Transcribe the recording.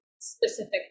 specific